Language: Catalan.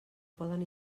poden